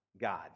God